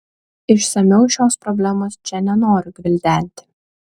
išsamiau šios problemos čia nenoriu gvildenti